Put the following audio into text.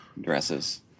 dresses